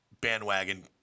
bandwagon